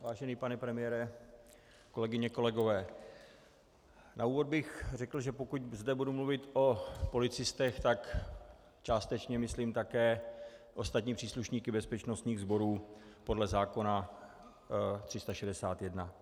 Vážený pane premiére, kolegyně, kolegové, na úvod bych řekl, že pokud zde budu mluvit o policistech, tak částečně myslím také ostatní příslušníky bezpečnostních sborů podle zákona 361.